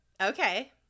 Okay